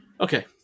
Okay